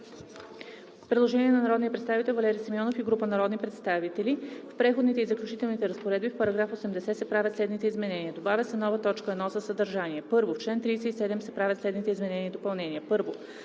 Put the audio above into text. предложение на народния представител Валери Симеонов и група народни представители: „В Преходните и заключителните разпоредби, в § 80 се правят следните изменения: Добавя се нова т. 1 със съдържание: „1. В чл. 37 се правят следните изменения и допълнения: 1.